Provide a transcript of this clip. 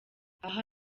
aha